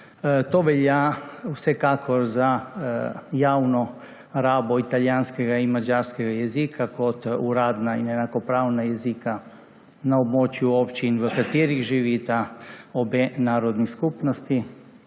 To velja vsekakor za javno rabo italijanskega in madžarskega jezika kot uradna in enakopravna jezika na območju občin, v katerih živita obe narodni skupnosti,